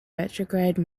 retrograde